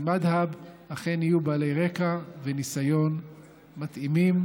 מד'הב אכן יהיו בעלי רקע וניסיון מתאימים?